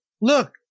look